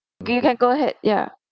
okay you can go ahead ya